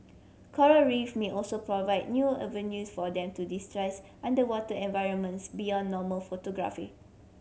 coral Reef may also provide new avenues for them to digitise underwater environments beyond normal photography